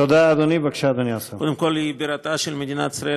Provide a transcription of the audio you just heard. תודה, אדוני.